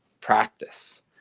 practice